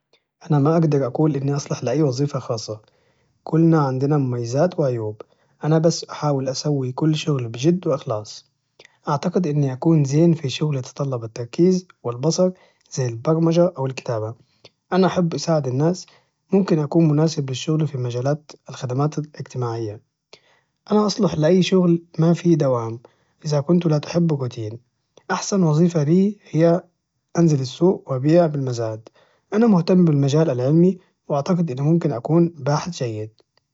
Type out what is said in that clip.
أنا ما أجدر أقول إني أصلح لأي وظيفة خاصه كلنا عندنا مميزات وعيوب أنا بس أحاول أسوي كل شغلي بجد وإخلاص أعتقد إني أكون زين في شغل يتطلب التركيز والبصر زي البرمجه أوالكتابه أنا احب اساعد الناس ممكن اكون مناسب بالشغل في مجالات الخدمات الاجتماعيه أنا أصلح لأي شغل مافي دوام إذا كنت لاتحب الروتين أحسن وظيفة لي هي أنزل السوق وابيع بالمزاد أنا مهتم بالمجال العلمي وأعتقد إني ممكن أكون باحث جيد